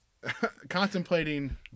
contemplating